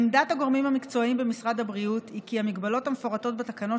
עמדת הגורמים המקצועיים במשרד הבריאות היא כי ההגבלות המפורטות בתקנות